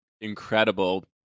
incredible